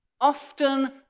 often